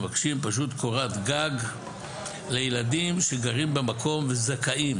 מבקשים פשוט קורת גג לילדים שגרים במקום וזכאים